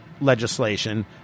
legislation